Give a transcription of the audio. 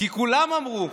כולם אמרו,